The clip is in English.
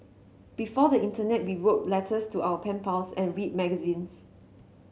before the internet we wrote letters to our pen pals and read magazines